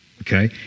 okay